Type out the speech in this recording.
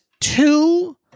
two